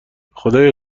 خدایا